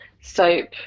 soap